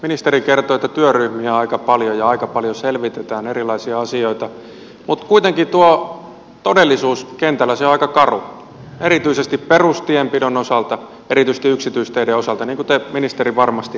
ministeri kertoi että työryhmiä on aika paljon ja aika paljon selvitetään erilaisia asioita mutta kuitenkin tuo todellisuus kentällä on aika karu erityisesti perustienpidon osalta erityisesti yksityisteiden osalta niin kuin te ministeri varmasti tiedätte